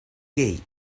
gate